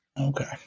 Okay